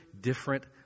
different